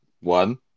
one